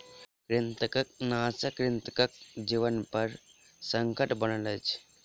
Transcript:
कृंतकनाशक कृंतकक जीवनपर संकट बनल अछि